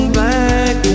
black